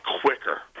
quicker